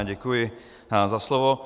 Děkuji za slovo.